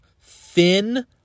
thin